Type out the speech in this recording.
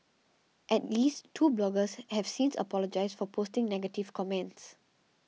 at least two bloggers have since apologised for posting negative comments